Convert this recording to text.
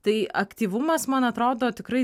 tai aktyvumas man atrodo tikrai